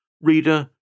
Reader